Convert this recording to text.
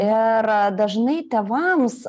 ir dažnai tėvams